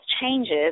changes